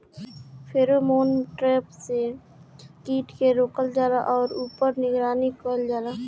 Pheromone trap से कीट के रोकल जाला और ऊपर निगरानी कइल जाला?